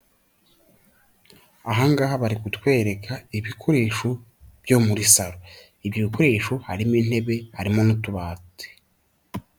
Ahangaha bari kutwereka ibikoresho byo muri salon ibyokwesho harimo intebe harimo n'utubati.